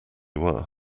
were